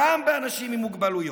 גם באנשים עם מוגבלויות.